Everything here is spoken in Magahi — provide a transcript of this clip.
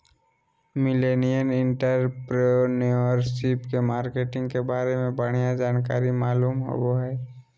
मिलेनियल एंटरप्रेन्योरशिप के मार्केटिंग के बारे में बढ़िया जानकारी मालूम होबो हय